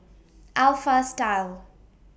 Alpha Style